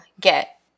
get